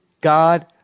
God